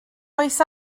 oes